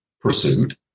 pursuit